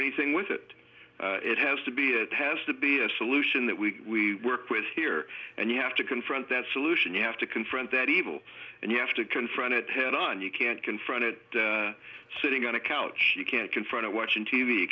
anything with it it has to be it has to be a solution that we work with here and you have to confront that solution you have to confront that evil and you have to confront it head on you can't confront it sitting on a couch you can't confront it watching t v you